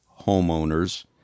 homeowners